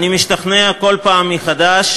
אני משתכנע כל פעם מחדש